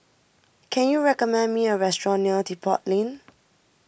can you recommend me a restaurant near Depot Lane